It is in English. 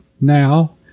now